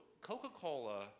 Coca-Cola